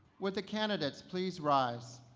will the candidates please rise.